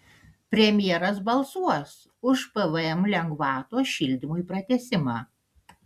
premjeras balsuos už pvm lengvatos šildymui pratęsimą